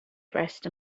dressed